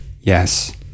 Yes